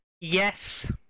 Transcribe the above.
yes